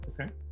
Okay